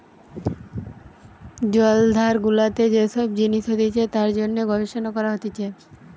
জলাধার গুলাতে যে সব জিনিস হতিছে তার জন্যে গবেষণা করা হতিছে